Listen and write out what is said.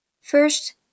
First